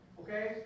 okay